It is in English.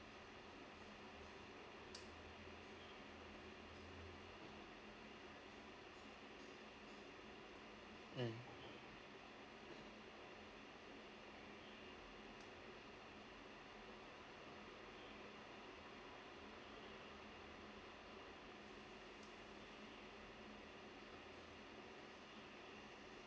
mm